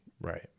Right